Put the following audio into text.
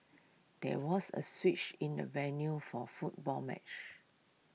there was A switch in the venue for football match